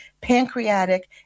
pancreatic